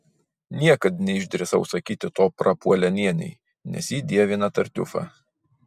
niekad neišdrįsau sakyti to prapuolenienei nes ji dievina tartiufą